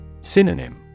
Synonym